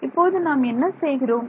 இப்போது நாம் என்ன செய்கிறோம்